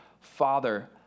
Father